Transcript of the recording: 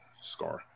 Scar